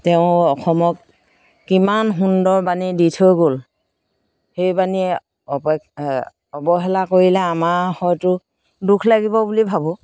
তেওঁ অসমক কিমান সুন্দৰ বাণী দি থৈ গ'ল সেই বাণীয়ে অপইখ অৱহেলা কৰিলে আমাৰ হয়তো দোষ লাগিব বুলি ভাবোঁ